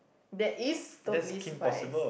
there is Totally Spies